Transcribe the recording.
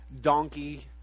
donkey